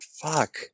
Fuck